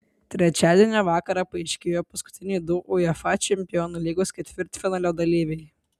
trečiadienio vakarą paaiškėjo paskutiniai du uefa čempionų lygos ketvirtfinalio dalyviai